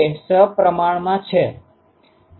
તેથી તે સપ્રમાણ છે